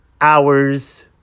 hours